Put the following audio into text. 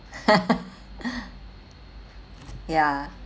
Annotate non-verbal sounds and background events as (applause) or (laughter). (laughs) ya